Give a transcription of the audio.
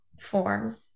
form